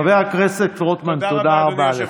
חבר הכנסת רוטמן, תודה רבה לך.